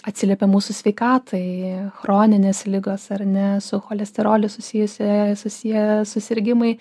atsiliepia mūsų sveikatai chroninės ligos ar ne su cholesteroliu susijusi susiję susirgimai